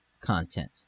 content